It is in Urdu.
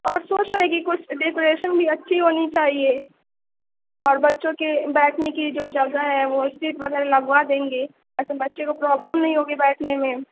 اور سوچ رہے ہیں کہ کچھ ڈیکوریشن بھی اچھی ہونی چاہیے اور بچوں کے بیٹھنے کی جو جگہ ہے وہ سیٹ وغیرہ لگوا دیں گے تاکہ بچے کو پرابلم نہیں ہوگی بیٹھنے میں